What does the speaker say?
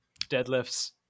Deadlifts